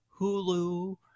Hulu